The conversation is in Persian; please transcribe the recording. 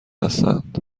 هستند